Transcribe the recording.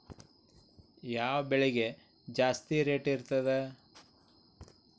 ಯಾವ ಬೆಳಿಗೆ ಜಾಸ್ತಿ ರೇಟ್ ಇರ್ತದ?